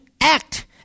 act